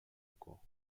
equal